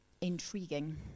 intriguing